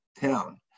town